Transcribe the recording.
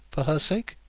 for her sake?